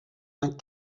vingt